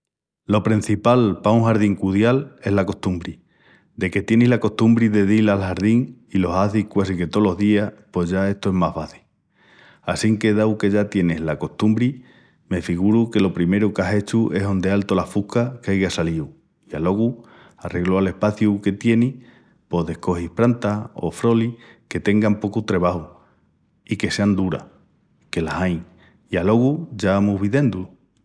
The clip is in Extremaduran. Lo prencipal pa un jardín cudial es la costumbri. Deque tienis la costumbri de dil al jardín i lo hazis quasi que tolos días pos ya es tó más faci. Assinque dau que ya tienis la costumbri me figuru que lo primeru qu'ás hechu es hondeal tola fusca qu'aiga salíu i alogu, arreglu al espaciu que tienis pos descogis prantas o frolis que tengan pocu trebaju i que sean duras, que las ain, i alogu ya amus videndu.